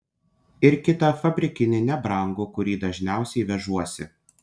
ir kitą fabrikinį nebrangų kurį dažniausiai vežuosi